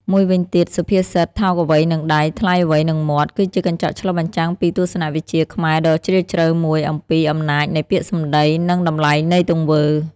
មួយវិញទៀត សុភាសិត "ថោកអ្វីនឹងដៃ ថ្លៃអ្វីនឹងមាត់" គឺជាកញ្ចក់ឆ្លុះបញ្ចាំងពីទស្សនវិជ្ជាខ្មែរដ៏ជ្រាលជ្រៅមួយអំពី អំណាចនៃពាក្យសម្ដី និង តម្លៃនៃទង្វើ។